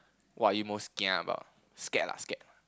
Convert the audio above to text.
what are you most kia about scared lah scared